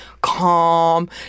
calm